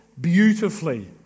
beautifully